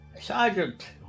Sergeant